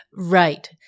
Right